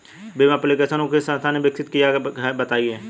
Bhim application को किस संस्था ने विकसित किया है कृपया बताइए?